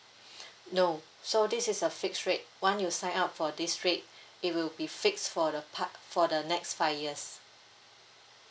no so this is a fixed rare once you sign up for this rate it will be fixed for the par~ for the next five years